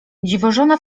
dziwożona